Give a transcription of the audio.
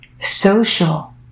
social